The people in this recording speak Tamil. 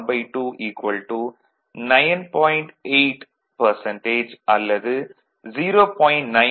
8 சதவீதம் அல்லது 0